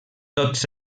tots